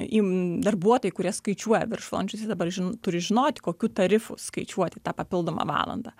im darbuotojai kurie skaičiuoja viršvalandžius dabar žin turi žinoti kokiu tarifu skaičiuoti tą papildomą valandą